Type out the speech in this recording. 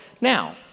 Now